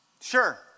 Sure